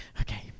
Okay